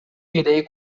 irei